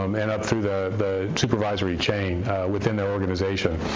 um and up through the supervisory chain within their organization.